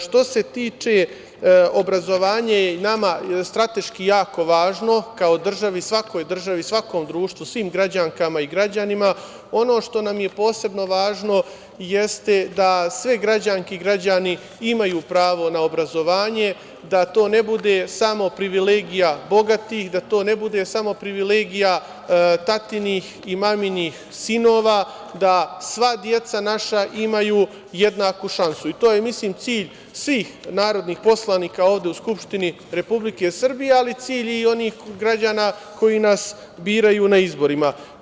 Što se tiče obrazovanja, nama je strateški jako važno kao državi, svakoj državi, svakom društvu, svim građankama i građanima, ono što nam je posebno važno jeste da sve građanke i građani imaju pravo na obrazovanje, da to ne bude samo privilegija bogatih, da to ne bude samo privilegija tatinih i maminih sinova, da sva deca naša imaju jednaku šansu i to je mislim cilj svih narodnih poslanika ovde u Skupštini Republike Srbije, ali cilj i onih građana koji nas biraju na izborima.